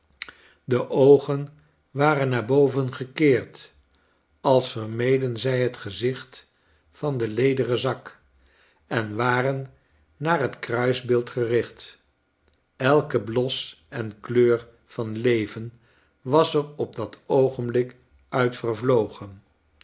de oogen waren naar boven gekeerd als vermeden zij het gezicht van den lederen zak en waren naar het kruisbeeld gericht elke bios en kleur van leven was er op dat oogenblik uit vervlogen